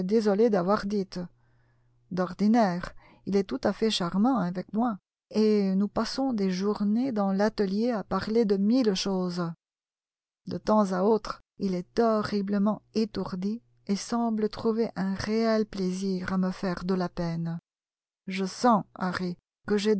désolé d'avoir dites d'ordinaire il est tout à fait charmant avec moi et nous passons des journées dans l'atelier à parler de mille choses de temps à autre il est horriblement étourdi et semble trouver un réel plaisir à me faire de la peine je sens ilarry que